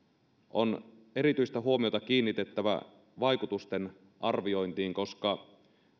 on erityistä huomiota kiinnitettävä vaikutusten arviointiin koska